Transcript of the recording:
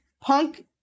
punk